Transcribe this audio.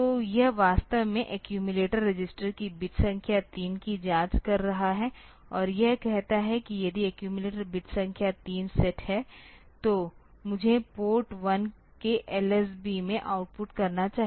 तो यह वास्तव में एक्यूमिलेटर रजिस्टर की बिट संख्या 3 की जांच कर रहा है और यह कहता है कि यदि एक्यूमिलेटर बिट संख्या 3 सेट है तो मुझे पोर्ट 1 के LSB में आउटपुट करना चाहिए